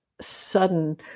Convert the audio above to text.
sudden